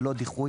בלא דיחוי